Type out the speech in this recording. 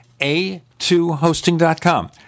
A2Hosting.com